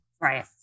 right